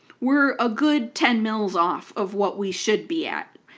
we're a good ten milliliters off of what we should be at.